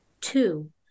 Two